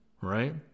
right